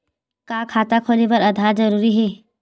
का खाता खोले बर आधार जरूरी हे?